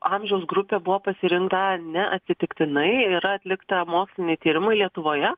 amžiaus grupė buvo pasirinkta neatsitiktinai yra atlikta mokslinių tyrimų lietuvoje